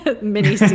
mini